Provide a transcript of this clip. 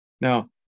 Now